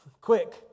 quick